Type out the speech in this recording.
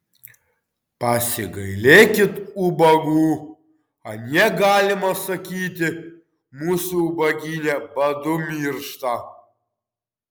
pasigailėkit ubagų anie galima sakyti mūsų ubagyne badu miršta